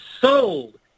sold